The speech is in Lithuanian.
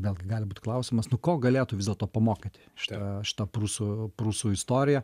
vėlgi gali būt klausimas nu ko galėtų vis dėlto pamokyti šita šita prūsų prūsų istorija